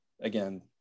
again